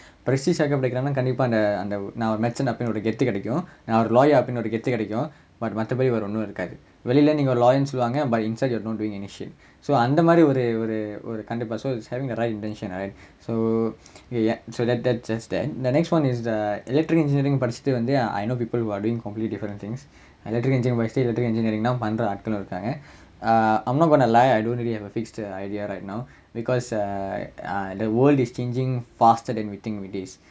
but படிக்கிறானா கண்டிப்பா அந்த அந்த நா:padikkiraanaa kandippaa antha antha naa medicine அப்படிங்குற ஒரு கெத்து கிடைக்கும் நா ஒரு:appadingura oru gethu kidaikkum naa oru lawyer அப்படிங்குற ஒரு கெத்து கிடைக்கும்:appadingura oru gethu kidaikkum but மத்த படி வேற ஒன்னும் இருக்காது வெளியில நீங்க ஒரு:matha padi vera onnum irukkaathu veliyila neenga oru lawyer னு சொல்லுவாங்க:nu solluvaanga but inside you're not doing any shit so அந்த மாறி ஒரு ஒரு ஒரு கண்டிப்பா:antha maari oru oru oru kandippaa it's having the right intention so yak~ that's that's that's that so electrical engineering படிச்சிட்டு வந்து:padichittu vanthu I know people who are doing completely different things little engineering but still doing engineering நா பண்ற ஆக்களும் இருகாங்க:naa pandra aakkalum irukkaanga err I'm not gonna lie I don't have a fixed idea right now because err the world is changing faster than we think it is